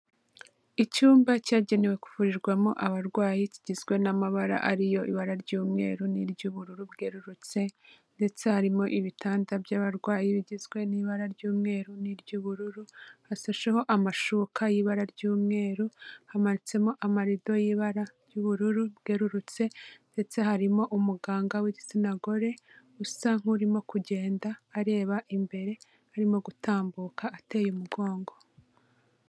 Icyumba cyagenewe kuvurirwamo abarwayi kigizwe n'amabara ari yo ibara ry'umweru n'iry'ubururu bwerurutse ndetse harimo ibitanda by'abarwayi bigizwe n'ibara ry'umweru n'iry'ubururu, hasasheho amashuka y'ibara ry'umweru, hamanitsemo amarido y'ibara ry'ubururu bwerurutse ndetse harimo umuganga w'igitsina gore usa nk'urimo kugenda areba imbere, arimo gutambuka ateye umugongo.